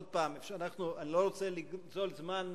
עוד פעם, אני לא רוצה לגזול זמן מהחברים,